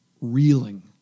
reeling